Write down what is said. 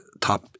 top